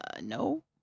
No